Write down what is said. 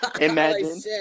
imagine